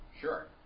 Sure